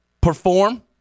perform